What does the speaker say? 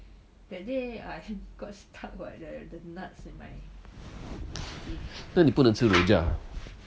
那你不能吃 rojak ah